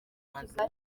amaze